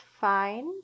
fine